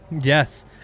Yes